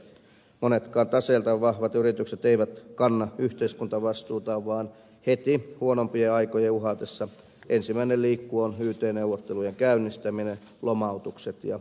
monetkaan taseeltaan vahvat yritykset eivät kanna yhteiskuntavastuutaan vaan heti huonompien aikojen uhatessa ensimmäinen liikku on yt neuvottelujen käynnistäminen lomautukset ja irtisanomiset